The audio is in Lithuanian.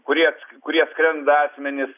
kurie kurie skrenda asmenys